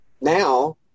now